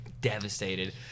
devastated